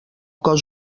cos